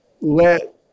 let